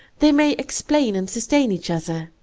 they may explain and sustain each other.